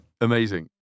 Amazing